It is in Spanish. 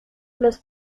los